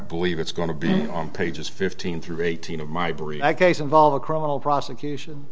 believe it's going to be on pages fifteen through eighteen of my brief i guess involve a criminal prosecution